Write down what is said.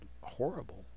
horrible